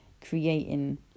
creating